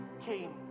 came